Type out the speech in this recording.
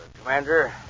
Commander